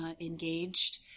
engaged